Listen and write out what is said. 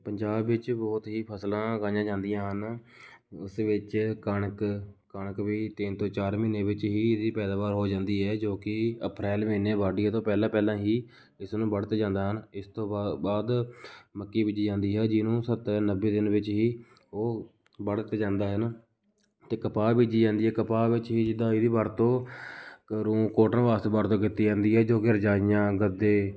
ਪੰਜਾਬ ਵਿੱਚ ਬਹੁਤ ਹੀ ਫਸਲਾਂ ਉਗਾਈਆਂ ਜਾਂਦੀਆਂ ਹਨ ਉਸ ਵਿੱਚ ਕਣਕ ਕਣਕ ਵੀ ਤਿੰਨ ਤੋਂ ਚਾਰ ਮਹੀਨੇ ਵਿੱਚ ਹੀ ਇਹਦੀ ਪੈਦਾਵਾਰ ਹੋ ਜਾਂਦੀ ਹੈ ਜੋ ਕਿ ਅਪ੍ਰੈਲ ਮਹੀਨੇ ਵਾਢੀਆਂ ਤੋਂ ਪਹਿਲਾਂ ਪਹਿਲਾਂ ਹੀ ਇਸ ਨੂੰ ਵਡ ਤੇ ਜਾਂਦਾ ਹਨ ਇਸ ਤੋਂ ਬਾ ਬਾਅਦ ਮੱਕੀ ਬੀਜੀ ਜਾਂਦੀ ਹੈ ਜਿਹਨੂੰ ਸੱਤਰ ਨੱਬੇ ਦਿਨ ਵਿੱਚ ਹੀ ਉਹ ਬੜ ਤੇ ਜਾਂਦਾ ਹਨ ਅਤੇ ਕਪਾਹ ਬੀਜੀ ਜਾਂਦੀ ਹੈ ਕਪਾਹ ਵਿੱਚ ਵੀ ਜਿੱਦਾਂ ਇਹਦੀ ਵਰਤੋਂ ਕ ਰੂ ਕੋਟਨ ਵਾਸਤੇ ਵਰਤੋਂ ਕੀਤੀ ਜਾਂਦੀ ਹੈ ਜੋ ਕਿ ਰਜਾਈਆਂ ਗੱਦੇ